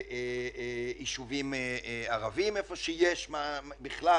יישובים ערביים, איפה שיש בכלל